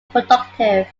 productive